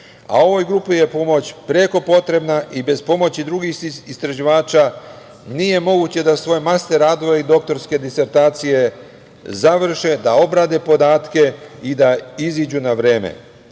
a ovoj grupi je pomoć preko potrebna i bez pomoći drugih istraživača nije moguće da svoje master radove i doktorske disertacije završe, da obrade podatke i da izađu na vreme